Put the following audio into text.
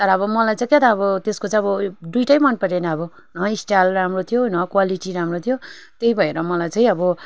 तर अब मलाई चाहिँ के त अब त्यसको चाहिँ अब दुइवटै मन परेन अब न स्टाइल राम्रो थियो न क्वालिटी राम्रो थियो त्यही भएर मलाई चाहिँ अब